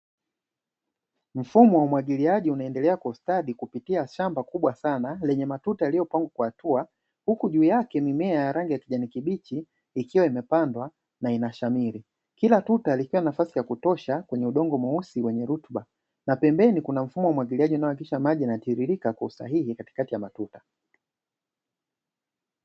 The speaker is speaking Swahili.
Mfumo wa umwagiliaji unaendelea kustadi kupitia shamba kubwa sana, lenye matuta yaliyopangwa kwa hatua, huku juu yake kuna mimea ya rangi ya kijani kibichi ikiwa imepandwa na inashamiri, kila tuta likiwa na na nafasi ya kutosha kwenye udongo mweusi wenye rutuba, na pembeni kuna mfumo wa umwagiliaji uaohakikisha maji yanapita kwa usahihi katikati ya matuta.